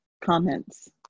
comments